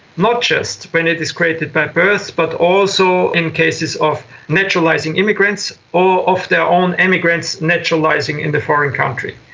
not just when it is created by birth but also in cases of naturalising immigrants or of their own emigrants naturalising in the foreign country.